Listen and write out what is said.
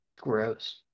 gross